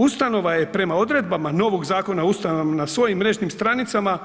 Ustanova je prema odredbama novog Zakona o ustanovama na svojim mrežnim stranicama